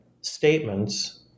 statements